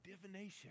divination